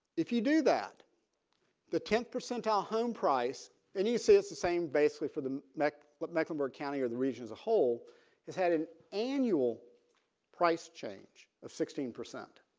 if you do that the tenth percentile home price and you say it's the same basically for the mac but mecklenburg county or the region as a whole has had an annual price change of sixteen percent